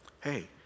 Hey